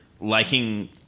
Liking